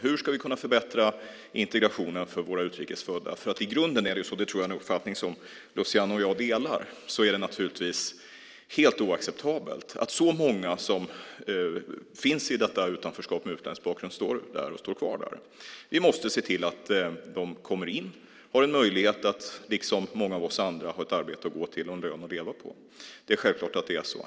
Hur ska vi kunna förbättra integrationen för våra utrikes födda? I grunden - det tror jag är en uppfattning som Luciano och jag delar - är det naturligtvis helt oacceptabelt att så många med utländsk bakgrund står kvar i detta utanförskap. Vi måste se till att de kommer in, har en möjlighet att, liksom många av oss andra, ha ett arbete att gå till och en lön att leva på. Det är självklart att det är så.